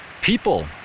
People